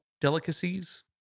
delicacies